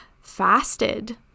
fasted